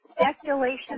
speculation